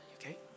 Okay